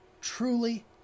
truly